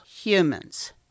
humans